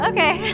Okay